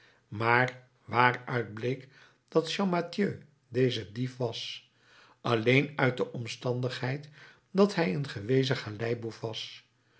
maar waaruit bleek dat champmathieu deze dief was alleen uit de omstandigheid dat hij een gewezen galeiboef was